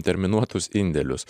terminuotus indėlius